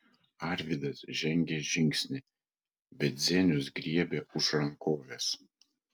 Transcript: arvydas žengė žingsnį bet zenius griebė už rankovės